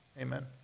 Amen